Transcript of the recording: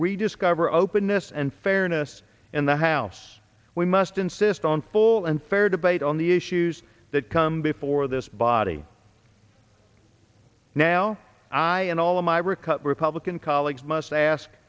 rediscover openness and fairness in the house we must insist on full and fair debate on the issues that come before this body now i and all my brick up republican colleagues must ask